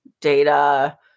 data